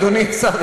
אדוני השר,